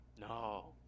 No